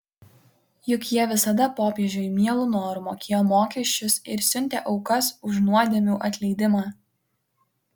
juk jie visada popiežiui mielu noru mokėjo mokesčius ir siuntė aukas už nuodėmių atleidimą